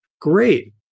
Great